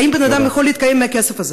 האם בן-אדם יכול להתקיים מהכסף הזה?